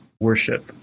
worship